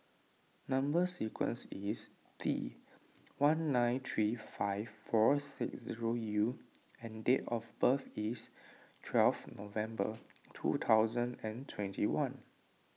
Number Sequence is T one nine three five four six zero U and date of birth is twelve November two thousand and twenty one